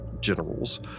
generals